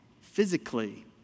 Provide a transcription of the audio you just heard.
physically